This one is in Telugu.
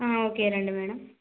ఆ ఓకే రండి మేడం